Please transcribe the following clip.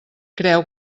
creu